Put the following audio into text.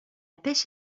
pêche